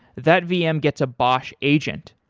that vm gets a bosh agent.